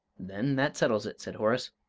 then that settles it, said horace.